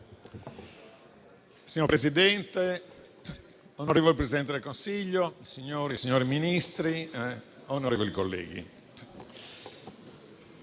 Signor Presidente, onorevole Presidente del Consiglio, signore e signori Ministri, onorevoli colleghi,